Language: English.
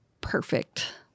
perfect